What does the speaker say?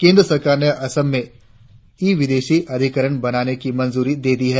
केंद्र सरकार ने असम में ई विदेशी अधिकरण बनाने को मंजूरी दे दी है